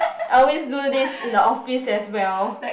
I always do this in the office as well